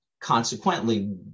consequently